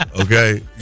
okay